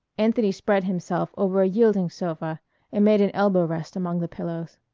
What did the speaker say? anthony spread himself over a yielding sofa and made an elbow-rest among the pillows.